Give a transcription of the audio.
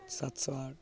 ସାତଶହ ଆଠ